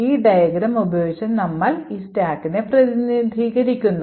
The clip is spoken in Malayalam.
ഈ ഡയഗ്രം ഉപയോഗിച്ച് നമ്മൾ ഈ സ്റ്റാക്കിനെ പ്രതിനിധീകരിക്കുന്നു